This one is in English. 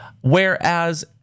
Whereas